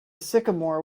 sycamore